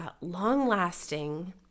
long-lasting